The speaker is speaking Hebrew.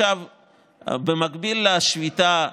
במקביל לשביתה,